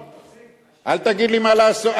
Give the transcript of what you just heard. תפסיק, אל תגיד לי מה לעשות.